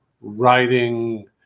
writing